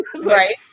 right